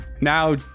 now